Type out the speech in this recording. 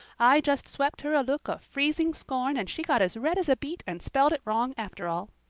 i just swept her a look of freezing scorn and she got as red as a beet and spelled it wrong after all.